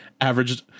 averaged